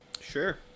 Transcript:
Sure